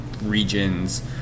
regions